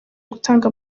gutanga